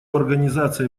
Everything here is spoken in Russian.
организации